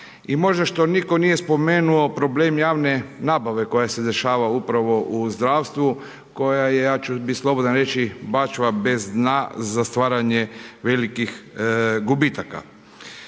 i možda što nitko nije spomenuo problem javne nabave koja se dešava upravo u zdravstvu, koja je, ja ću biti slobodan reći bačva bez dna za stvaranje velikih gubitaka.